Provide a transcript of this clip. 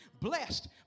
blessed